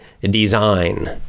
design